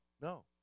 no